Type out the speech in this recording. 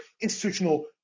institutional